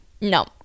no